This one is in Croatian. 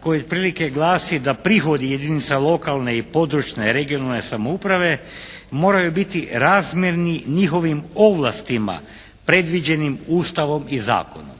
koji otprilike glasi da prihodi jedinica lokalne i područne (regionalne) samouprave moraju biti razmjerni njihovim ovlastima predviđenim Ustavom i zakonom.